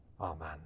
Amen